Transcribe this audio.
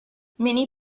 many